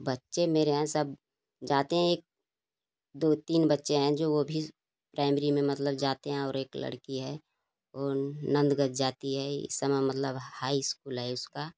बच्चे मेरे हैं सब जाते दो तीन बच्चे है जो वो भी प्राइमरी में मतलब जाते हैं और एक लड़की है वो नंदगंज जाती है इस समय मतलब हाई स्कूल है उसका